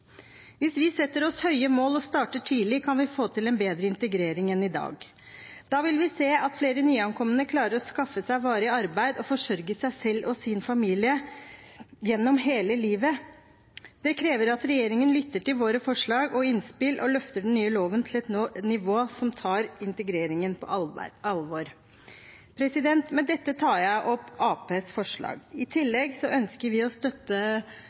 Hvis vi setter oss høye mål og starter tidlig, kan vi få til en bedre integrering enn i dag. Da vil vi se at flere nyankomne klarer å skaffe seg varig arbeid og forsørge seg selv og sin familie gjennom hele livet. Det krever at regjeringen lytter til våre forslag og innspill og løfter den nye loven til et nivå som tar integreringen på alvor. Med dette tar jeg opp Arbeiderpartiets forslag og de forslagene vi står sammen med Sosialistisk Venstreparti om. I tillegg ønsker vi å støtte